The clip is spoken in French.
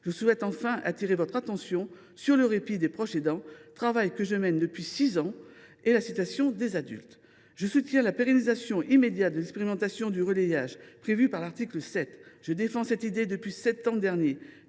Je souhaite enfin attirer votre attention sur le répit des proches aidants, travail que je mène depuis six ans, et la situation des adultes. Je soutiens la pérennisation immédiate de l’expérimentation du relayage, prévue à l’article 7. Je défends cette idée depuis le mois de